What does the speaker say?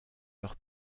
leur